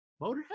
Motorhead